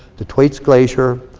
the thwaites glacier.